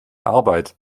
arbeit